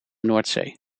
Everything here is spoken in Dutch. noordzee